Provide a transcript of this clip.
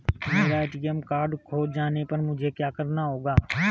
मेरा ATM card खो जाने पर मुझे क्या करना होगा?